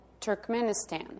Turkmenistan